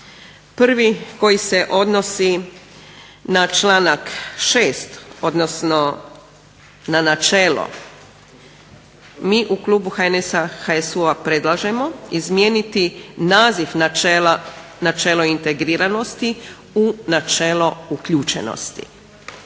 Prvi, koji se odnosi na članak 6., odnosno na načelo mi u klubu HNS-HSU-a predlažemo izmijeniti naziv načela – načelo integriranosti u načelo uključenosti.